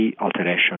alteration